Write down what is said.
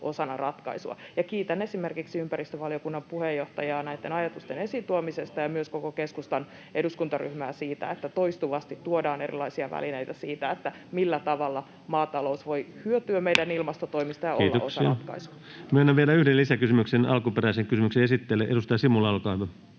osana ratkaisua. Kiitän esimerkiksi ympäristövaliokunnan puheenjohtajaa näitten ajatusten esiin tuomisesta [Perussuomalaisten ryhmästä välihuutoja] ja myös koko keskustan eduskuntaryhmää siitä, että toistuvasti tuodaan erilaisia välineitä siihen, millä tavalla maatalous voi hyötyä meidän ilmastotoimista ja olla osa ratkaisua. Kiitoksia. — Myönnän vielä yhden lisäkysymyksen alkuperäisen kysymyksen esittäjälle. — Edustaja Simula, olkaa hyvä.